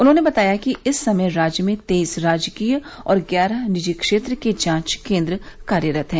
उन्होंने बताया कि इस समय राज्य में तेईस राजकीय और ग्यारह निजी क्षेत्र के जांच केन्द्र कार्यरत हैं